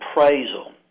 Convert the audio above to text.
appraisal